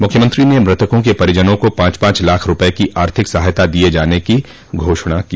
मुख्यमंत्री न मृतकों के परिजनों को पाँच पाँच लाख रूपये की आर्थिक सहायता दिये जाने की घोषणा की